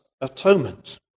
atonement